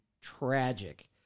tragic